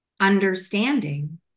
understanding